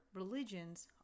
religions